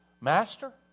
Master